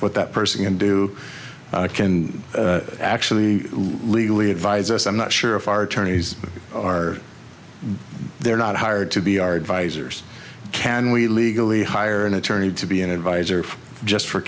what that person can do can actually legally advise us i'm not sure if our attorneys are they're not hired to be our advisers can we legally hire an attorney to be an advisor just for